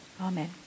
Amen